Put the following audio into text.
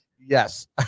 Yes